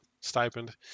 stipend